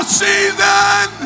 season